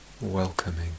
Welcoming